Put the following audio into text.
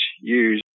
use